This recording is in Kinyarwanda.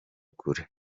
kure